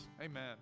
amen